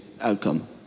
outcome